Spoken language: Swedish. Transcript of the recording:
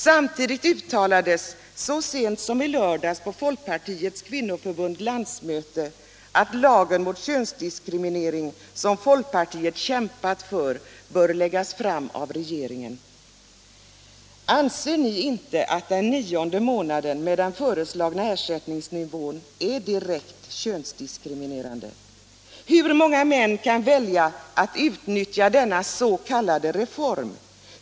Samtidigt uttalades så sent som i lördags på Folkpartiets kvinnoförbunds landsmöte att lagen mot könsdiskriminering, som folkpartiet kämpat för, bör läggas fram av regeringen. Anser ni inte att den nionde månaden med den föreslagna ersättningsnivån är direkt könsdiskriminerande? Hur många män kan välja att utnyttja denna s.k. reform?